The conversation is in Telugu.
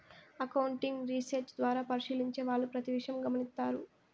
అకౌంటింగ్ రీసెర్చ్ ద్వారా పరిశీలించే వాళ్ళు ప్రతి విషయం గమనిత్తారు